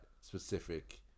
specific